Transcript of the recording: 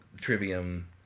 trivium